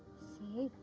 sea.